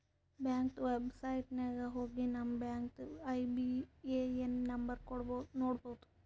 ಬ್ಯಾಂಕ್ದು ವೆಬ್ಸೈಟ್ ನಾಗ್ ಹೋಗಿ ನಮ್ ಬ್ಯಾಂಕ್ದು ಐ.ಬಿ.ಎ.ಎನ್ ನಂಬರ್ ನೋಡ್ಬೋದ್